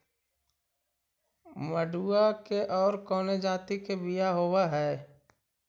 मडूया के और कौनो जाति के बियाह होव हैं?